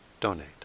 donate